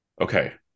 Okay